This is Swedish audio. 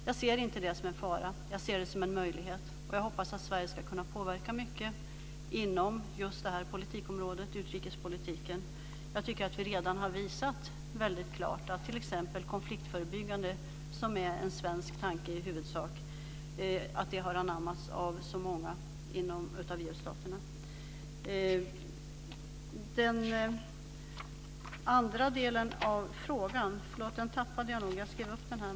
Jag ser inte detta som en fara utan som en möjlighet. Jag hoppas att Sverige ska kunna påverka mycket inom just det här politikområdet, utrikespolitiken. Jag tycker t.ex. att vi redan väldigt klart har fått tanken på konfliktförebyggande, som i huvudsak är svensk, anammad av många av EU-staterna. Jag skrev upp den andra frågan men hittar inte igen min anteckning.